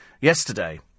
yesterday